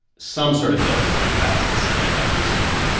some sort of bill is going to pass the senate, i presume.